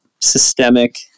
systemic